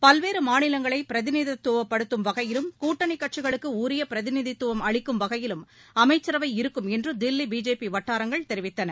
பல்வேறு மாநிலங்களை பிரதிநிதித்துவப் படுத்தும் வகையிலும் கூட்டணிக் கட்சிகளுக்கு உரிய பிரதிநிதித்துவம் அளிக்கும் வகையிலும் அமைச்சரவை இருக்குமென்று தில்லியில் பிஜேபி வட்டாரங்கள் தெரிவித்தன